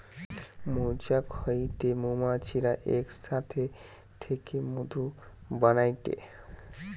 মৌচাক হইতে মৌমাছিরা এক সাথে থেকে মধু বানাইটে